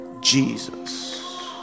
Jesus